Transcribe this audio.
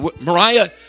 Mariah